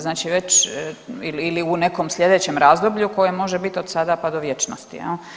Znači već ili u nekom sljedećem razdoblju koje može bit od sada pa do vječnosti.